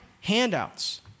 handouts